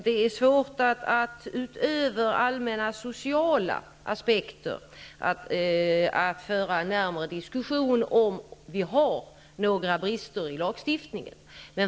Det är svårt att utöver allmänna sociala aspekter föra en närmare diskussion om ifall vi har några brister i lagstiftningen.